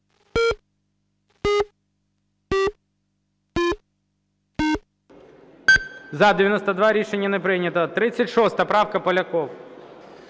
За-92 Рішення не прийнято. 36 правка, Поляков.